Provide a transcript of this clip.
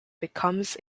becomes